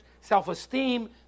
self-esteem